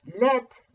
Let